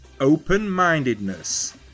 open-mindedness